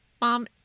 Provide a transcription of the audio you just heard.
Mom